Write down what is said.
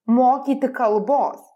mokyti kalbos